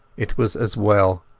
it was as well,